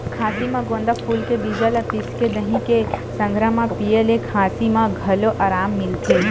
खाँसी म गोंदा फूल के बीजा ल पिसके दही के संघरा म पिए ले खाँसी म घलो अराम मिलथे